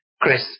Chris